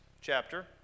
chapter